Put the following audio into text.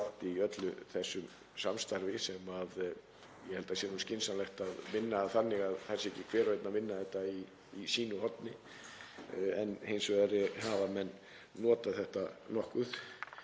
í öllu þessu samstarfi sem ég held að sé skynsamlegt að vinna þannig að það sé ekki hver og einn að vinna þetta í sínu horni. Hins vegar hafa menn notað þetta nokkuð